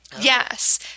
Yes